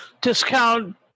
discount